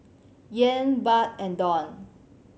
Yen Baht and Dong